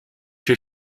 się